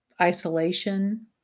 isolation